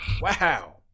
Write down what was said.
Wow